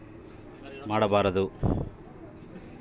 ಖಾಸಗಿ ಆ್ಯಪ್ ಮೂಲಕ ಪಾವತಿ ಮಾಡೋದು ಒಳ್ಳೆದಾ?